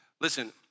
Listen